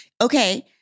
Okay